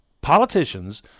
politicians